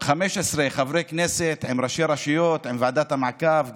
15 חברי כנסת, עם ראשי רשויות, עם ועדת המעקב,